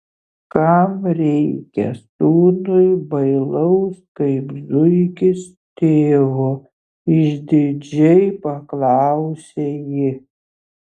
kam reikia sūnui bailaus kaip zuikis tėvo išdidžiai paklausė ji